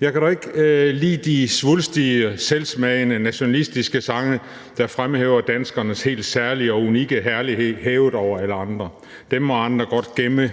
Jeg kan dog ikke lide de svulstige, selvsmagende nationalistiske sange, der fremhæver danskernes helt særlige og unikke herlighed hævet over alle andre; dem må andre godt gemme